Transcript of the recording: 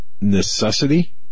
necessity